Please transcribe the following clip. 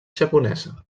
japonesa